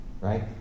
Right